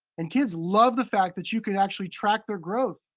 and kids love the fact that you can actually track their growth.